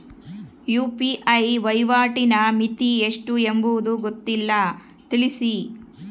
UPI ವಹಿವಾಟಿನ ಮಿತಿ ಎಷ್ಟು ಎಂಬುದು ಗೊತ್ತಿಲ್ಲ? ತಿಳಿಸಿ?